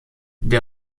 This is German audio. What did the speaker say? der